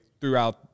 throughout